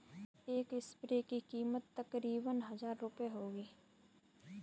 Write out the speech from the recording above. एक स्प्रेयर की कीमत तकरीबन हजार रूपए होगी